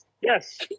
Yes